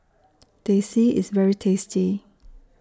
Teh C IS very tasty